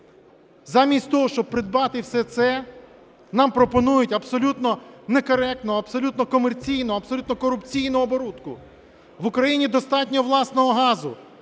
Замість того, щоб придбати все це, нам пропонують абсолютно некоректну, абсолютно комерційну, абсолютно корупційну оборудку. В Україні достатньо власного газу.